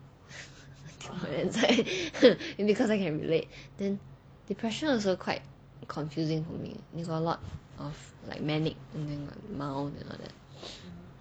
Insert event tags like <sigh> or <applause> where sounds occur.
<laughs> because I can relate then depression also quite confusing for me you got a lot of like manic then got mild and all that